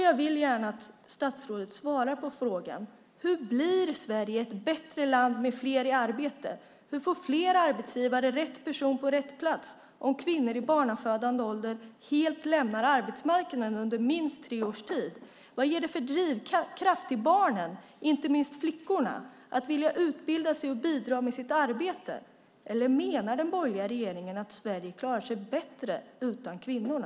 Jag vill gärna att statsrådet svarar på frågan. Hur blir Sverige ett bättre land med fler i arbete? Hur får fler arbetsgivare rätt person på rätt plats om kvinnor i barnafödande ålder helt lämnar arbetsmarknaden under tre års tid? Vad ger det för drivkraft för barnen, inte minst flickorna, så att de vill utbilda sig och bidra med sitt arbete? Eller menar den borgerliga regeringen att Sverige klarar sig bättre utan kvinnorna?